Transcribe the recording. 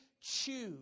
choose